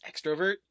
extrovert